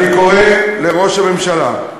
אני קורא לראש הממשלה,